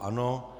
Ano.